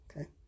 Okay